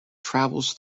travels